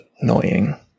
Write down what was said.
annoying